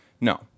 No